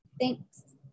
thanks